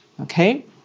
okay